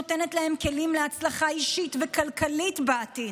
מערכת חינוך שנותנת להם כלים להצלחה אישית וכלכלית בעתיד,